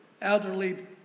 elderly